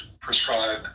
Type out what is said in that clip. prescribe